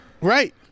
right